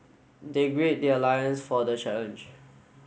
they grid their lions for the challenge